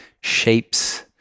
shapes